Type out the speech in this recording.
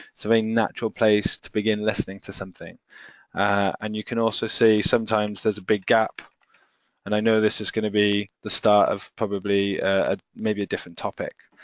so a natural place to begin listening to something and you can also see sometimes there's a big gap and i know this is gonna be the start of probably ah maybe a different topic.